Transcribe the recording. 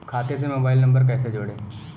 खाते से mobile number कैसे जोड़ें?